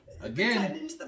Again